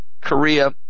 Korea